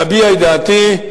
ואביע את דעתי.